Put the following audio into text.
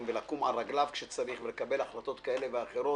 ולקום על רגליו כשצריך ולקבל החלטות כאלה ואחרות,